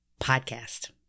Podcast